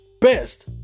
Best